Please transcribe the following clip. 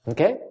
Okay